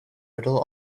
riddle